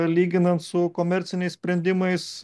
lyginant su komerciniais sprendimais